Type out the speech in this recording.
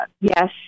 yes